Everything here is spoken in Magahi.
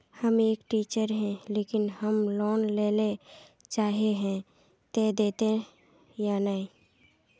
हम एक टीचर है लेकिन हम लोन लेले चाहे है ते देते या नय?